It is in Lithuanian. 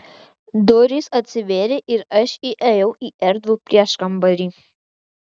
durys atsivėrė ir aš įėjau į erdvų prieškambarį